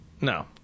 no